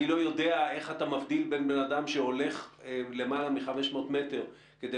אני לא יודע איך אתה מבדיל בין בן אדם שהולך למעלה מ-500 מטר כדי